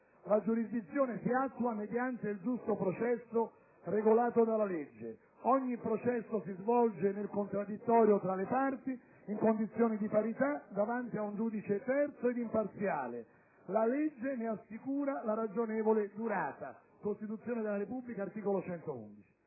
«La giurisdizione si attua mediante il giusto processo regolato della legge. Ogni processo si svolge nel contraddittorio tra le parti, in condizioni di parità, davanti a un giudice terzo e imparziale. La legge ne assicura la ragionevole durata». L'articolo 6 della Convenzione europea